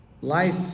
life